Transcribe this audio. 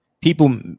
people